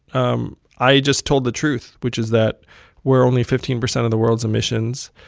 um i just told the truth, which is that we're only fifteen percent of the world's emissions.